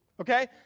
Okay